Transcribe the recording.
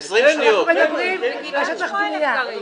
אנחנו מדברים על שטח בנייה.